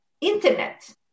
Internet